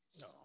No